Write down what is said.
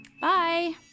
Bye